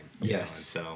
Yes